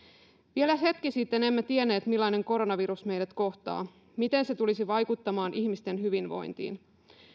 vielä hetki sitten emme tienneet millainen koronavirus meidät kohtaa miten se tulisi vaikuttamaan ihmisten hyvinvointiin